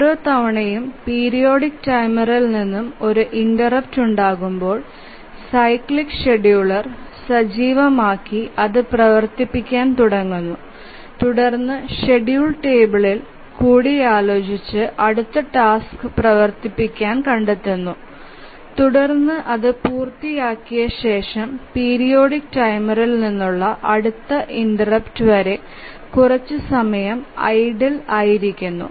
ഓരോ തവണയും പീരിയോഡിക് ടൈമറിൽ നിന്ന് ഒരു ഇന്റെര്പ്ട് ഉണ്ടാകുമ്പോൾ സൈക്ലിക് ഷെഡ്യൂളർ സജീവമാക്കി അത് പ്രവർത്തിക്കാൻ തുടങ്ങുന്നു തുടർന്ന് ഷെഡ്യൂൾ ടേബിളിൽ കൂടിയാലോചിച്ച് അടുത്ത ടാസ്ക് പ്രവർത്തിപ്പിക്കാൻ കണ്ടെത്തുന്നു തുടർന്ന് അത് പൂർത്തിയാക്കിയ ശേഷം പീരിയോഡിക് ടൈമർ നിന്നുള്ള അടുത്ത ഇന്റെര്പ്ട് വരെ കുറച്ച് സമയം ഐഡിൽ ആയിരിക്കുന്നു